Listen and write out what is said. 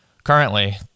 Currently